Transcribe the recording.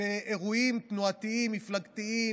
גם באירועים תנועתיים ומפלגתיים,